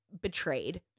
betrayed